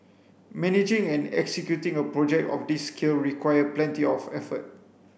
managing and executing a project of this scale required plenty of effort